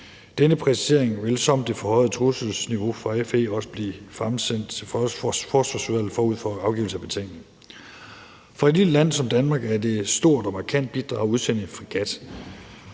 FE's vurdering af det forhøjede trusselsniveau blive fremsendt til Forsvarsudvalget forud for afgivelse af betænkning. For et lille land som Danmark er det et stort og markant bidrag at udsende en fregat,